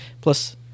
Plus